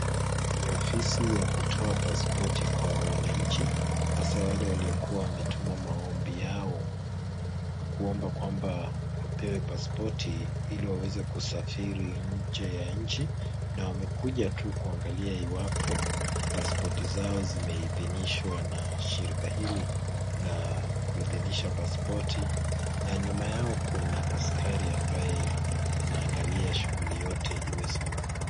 Ofisi ya kutoa paspoti Kwa wananchi, hasa wale walikua wametuma maombi Yao, kuomba kwambia wapewe paspoti ili waweze kusafiri nje ya nchi. Na wamekuja Tu kuangalia iwapo paspoti zao zimehidhinishwa na shirika hili la kuidhinisha paspoti.na nyuma yao kuna askari ambaye anaangalia shuguli yote iwe salama.